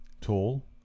tall